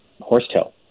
horsetail